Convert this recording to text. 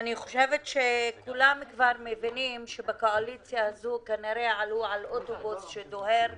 אני חושבת שכולם כבר מבינים שבקואליציה הזו כנראה עלו על אוטובוס שדוהר